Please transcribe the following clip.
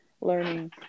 learning